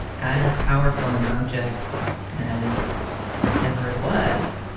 as powerful an object as ever it was.